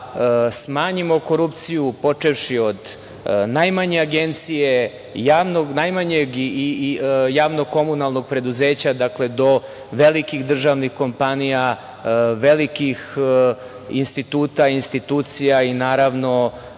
smanjimo korupciju počevši od najmanje agencije, najmanjeg javnog komunalnog preduzeća do velikih državnih kompanija, velikih instituta, institucija i svih